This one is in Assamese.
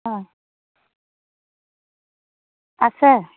আছে